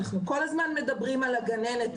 אנחנו כל הזמן מדברים על הגננת.